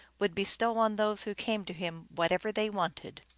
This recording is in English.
would bestow on those who came to him whatever they wanted.